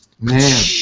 Man